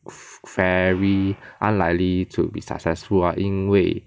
very unlikely to be successful lah 因为